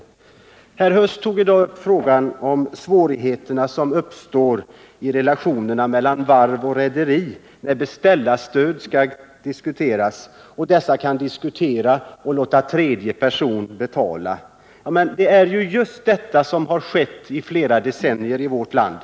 Herr Huss tog i dag upp de svårigheter som uppstår i relationerna mellan varv och rederi i frågor, där ett beställarstöd kan diskuteras och där man alltså tänker sig att låta tredje person betala. Men det är just detta som skett sedan flera decennier i vårt land.